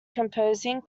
composing